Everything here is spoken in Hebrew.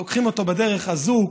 לוקחים אותו בדרך, אזוק,